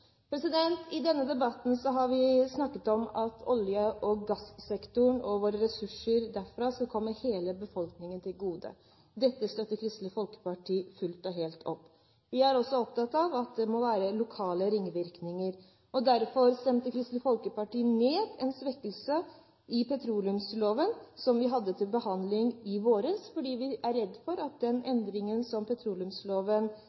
I denne debatten har vi snakket om at olje- og gassektoren og våre ressurser derfra skal komme hele befolkningen til gode. Dette støtter Kristelig Folkeparti fullt og helt opp om. Vi er også opptatt av at det må være lokale ringvirkninger. Derfor stemte Kristelig Folkeparti imot en svekkelse av petroleumsloven som vi hadde til behandling i våres, fordi vi er redd for at den